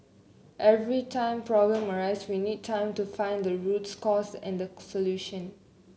every time problem arise we need time to find the roots cause and the solution